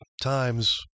times